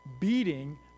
beating